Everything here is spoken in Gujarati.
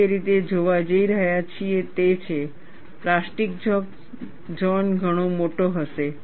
આપણે જે રીતે જોવા જઈ રહ્યા છીએ તે છે પ્લાસ્ટિક ઝોન ઘણો મોટો હશે